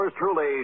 Truly